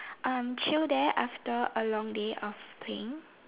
um chill there after a long day of playing